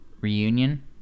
reunion